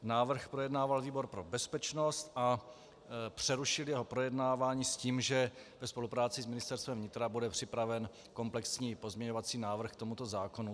Návrh projednával výbor pro bezpečnost a přerušil jeho projednávání s tím, že ve spolupráci s Ministerstvem vnitra bude připraven komplexní pozměňovací návrh k tomuto zákonu.